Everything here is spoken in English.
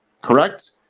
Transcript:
correct